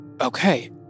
Okay